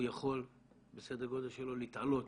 הוא יכול בסדר הגודל שלו להתעלות